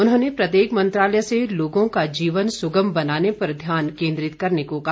उन्होंने प्रत्येक मंत्रालय से लोगों का जीवन सुगम बनाने पर ध्यान केन्द्रित करने को कहा